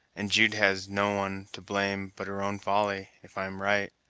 and jude has no one to blame but her own folly, if i'm right.